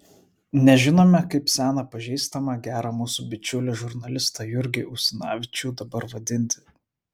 nežinome kaip seną pažįstamą gerą mūsų bičiulį žurnalistą jurgį usinavičių dabar vadinti